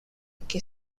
que